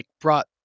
brought